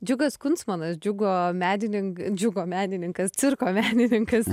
džiugas kunstmanas džiugo medinink džiugo menininkas cirko menininkas